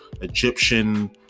egyptian